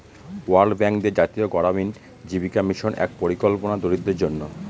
world bank দিয়ে জাতীয় গড়ামিন জীবিকা মিশন এক পরিকল্পনা দরিদ্রদের জন্য